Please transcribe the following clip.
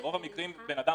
ברוב המקרים בן אדם